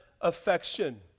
affection